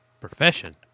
Profession